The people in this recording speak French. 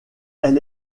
elle